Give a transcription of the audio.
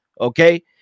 Okay